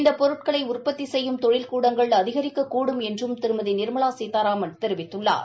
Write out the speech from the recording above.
இந்த பொருட்களை உற்பத்தி செய்யும் தொழிற்கூடங்கள் அதிகரிக்கக்கூடும் என்றும் திருமதி நிர்மலா சீதாராமன் தெரிவித்துள்ளார்